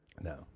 No